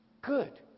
Good